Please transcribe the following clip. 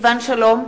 סילבן שלום,